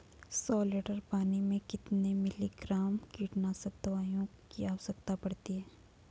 सौ लीटर पानी में कितने मिलीग्राम कीटनाशक दवाओं की आवश्यकता पड़ती है?